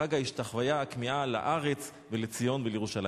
חג ההשתחוויה, הכמיהה לארץ ולציון ולירושלים.